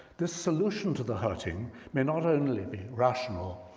this solution to the hurting may not only be rational.